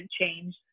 change